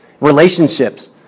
Relationships